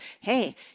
hey